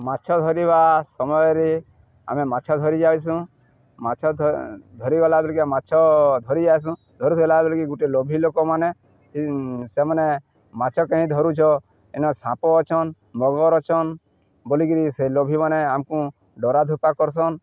ମାଛ ଧରିବା ସମୟରେ ଆମେ ମାଛ ଧରି ଯାଇସୁଁ ମାଛ ଧରିଗଲା ବେଳିକା ମାଛ ଧରି ଯାଇସୁଁ ଧରି ଧରଲା ବେଳିକି ଗୁଟେ ଲୋଭି ଲୋକମାନେ ସେମାନେ ମାଛ କେହିଁ ଧରୁଛ ଏନ ସାପ ଅଛନ୍ ମଗର ଅଛନ୍ ବୋଲିକିରି ସେ ଲୋଭିମାନେ ଆମକୁ ଡରା ଧୂପକା କରସନ୍